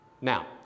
Now